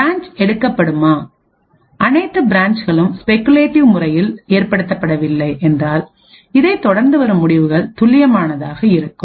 branch எடுக்கப்படுமாஅனைத்து பிரான்ச்களும் speculate முறையில் ஏற்படுத்தப்படவில்லை என்றால் இதை தொடர்ந்து வரும் முடிவுகள் துல்லியமான இருக்கும்